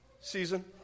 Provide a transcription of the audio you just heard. season